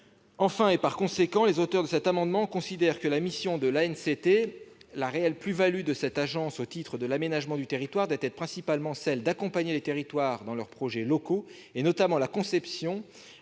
Enfin, et par conséquent, les auteurs de cet amendement considèrent que la mission de l'ANCT, la réelle plus-value de cette agence au titre de l'aménagement du territoire, doit être principalement celle d'accompagner les territoires dans leurs projets locaux, notamment la conception,